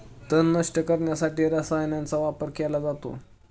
तण नष्ट करण्यासाठी रसायनांचा वापर केला जातो